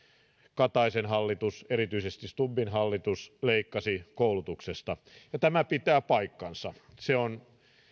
kataisen hallitus erityisesti stubbin hallitus leikkasi koulutuksesta ja tämä pitää paikkansa se on